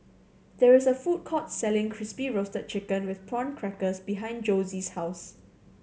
there is a food court selling Crispy Roasted Chicken with Prawn Crackers behind Josie's house